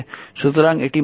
সুতরাং এটি v2